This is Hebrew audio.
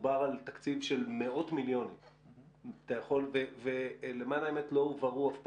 שדובר על תקציב של מאות מיליונים ולמען האמת לא הובהרו אף פעם,